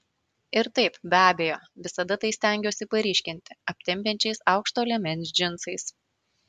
ir taip be abejo visada tai stengiuosi paryškinti aptempiančiais aukšto liemens džinsais